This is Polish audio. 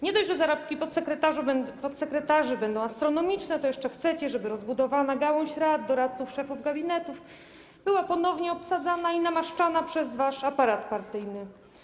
Nie dość, że zarobki podsekretarzy będą astronomiczne, to jeszcze chcecie, żeby rozbudowana gałąź rad, doradców, szefów gabinetów była ponownie obsadzana i namaszczana przez wasz aparat partyjny.